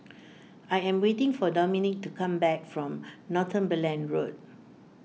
I am waiting for Dominque to come back from Northumberland Road